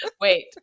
wait